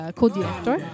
co-director